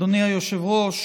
בבקשה.